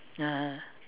ya